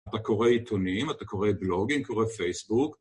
אתה קורא עיתונים, אתה קורא בלוגים, אתה קורא פייסבוק.